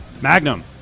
Magnum